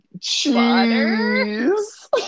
cheese